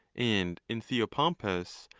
and in theopompus,